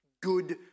Good